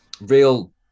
real